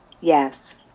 Yes